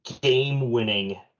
game-winning